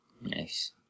Nice